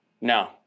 no